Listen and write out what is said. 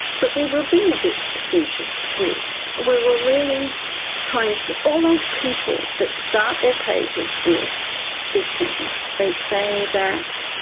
but we were being a bit facetious too, we were really trying to. all those people that start their papers with this sentence, they say that